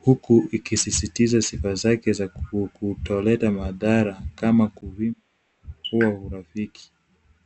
huku ikisisitiza sifa zake za kutoleta madhara kama kuvimba huo urafiki.